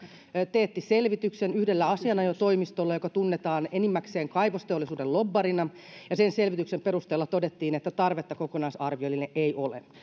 teetti selvityksen yhdellä asianajotoimistolla joka tunnetaan enimmäkseen kaivosteollisuuden lobbarina ja sen selvityksen perusteella todettiin että tarvetta kokonaisarvioinnille ei ole